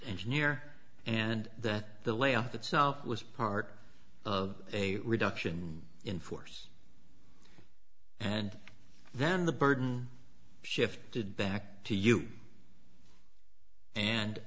engineer and that the layoff itself was part of a reduction in force and then the burden shifted back to you and